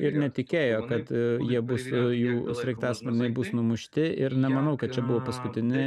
ir netikėjo kad jie bus jau sraigtasparniai bus numušti ir nemanau kad čia buvo paskutinė